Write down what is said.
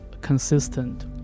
consistent